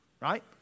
right